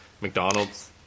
mcdonald's